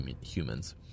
humans